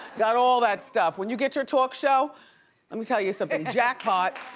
got all that stuff when you get your talk show, let me tell you something, jackpot.